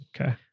Okay